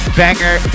banger